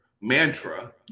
mantra